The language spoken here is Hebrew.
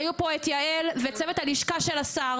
היו פה את יעל ואת צוות הלשכה של השר.